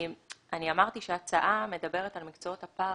אמרתי שההצעה מדברת על המקצועות הפרה-רפואיים,